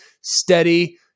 steady